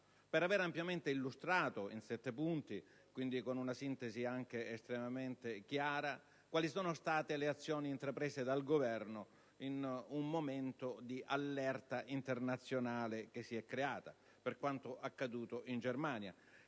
per aver ampiamente illustrato, in sette punti, quindi con una sintesi anche estremamente chiara, le azioni intraprese dal Governo in un momento di allerta internazionale che si è venuta a determinare per quanto accaduto in Germania.